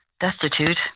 destitute